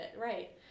right